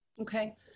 Okay